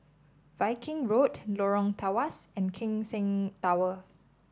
Viking Road Lorong Tawas and Keck Seng Tower